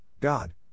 God